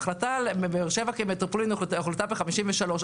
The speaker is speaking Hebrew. ההחלטה על באר שבע כמטרופולין היא החלטה מ-1953,